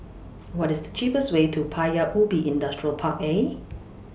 What IS The cheapest Way to Paya Ubi Industrial Park A